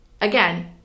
Again